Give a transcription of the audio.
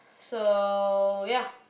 so ya